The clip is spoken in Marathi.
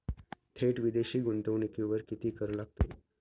थेट विदेशी गुंतवणुकीवर किती कर लागतो?